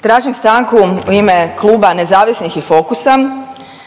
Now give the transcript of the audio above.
Tražim stanku u ime Kluba nezavisnih i Fokusa.